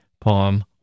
poem